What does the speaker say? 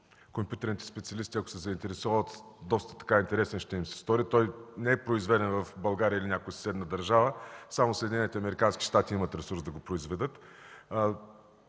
компютърните специалисти, ако се заинтересуват, доста интересен ще им се стори. Той не е произведен в България или някоя съседна държава, само Съединените американски